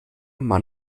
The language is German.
man